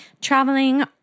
traveling